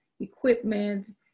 equipment